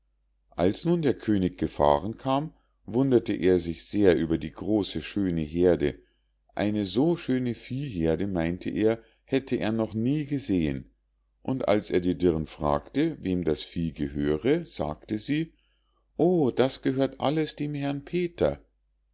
als nun der könig gefahren kam wunderte er sich sehr über die große schöne heerde eine so schöne viehheerde meinte er hätte er noch nie gesehen und als er die dirn fragte wem das vieh gehöre sagte sie o das gehört alles dem herrn peter